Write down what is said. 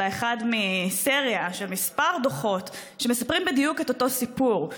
אלא אחד מסריה של כמה דוחות שמספרים בדיוק את אותו סיפור.